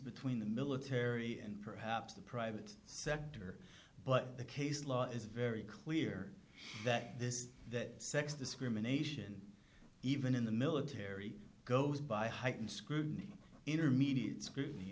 between the military and perhaps the private sector but the case law is very clear that this that sex discrimination even in the military goes by heightened scrutiny intermediate